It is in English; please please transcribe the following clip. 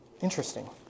interesting